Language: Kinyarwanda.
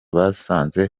basanze